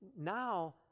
Now